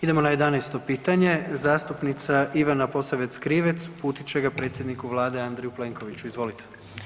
Idemo na 11. pitanje, zastupnica Ivana Posavec Krivec uputit će ga predsjedniku vlade Andreju Plenkoviću, izvolite.